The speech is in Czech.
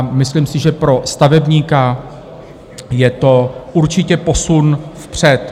Myslím si, že pro stavebníka je to určitě posun vpřed.